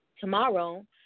Tomorrow